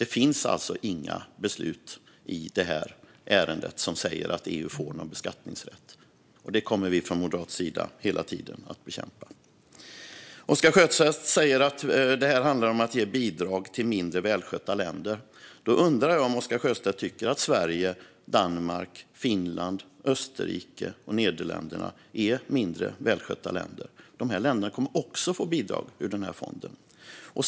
Det finns inga beslut i detta ärende som säger att EU får beskattningsrätt. Det kommer vi från moderat sida hela tiden att bekämpa. Oscar Sjöstedt säger att detta handlar om att ge bidrag till mindre välskötta länder. Jag undrar om Oscar Sjöstedt tycker att Sverige, Danmark, Finland, Österrike och Nederländerna är mindre välskötta länder. Dessa länder kommer också att få bidrag ur fonden.